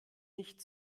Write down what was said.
nicht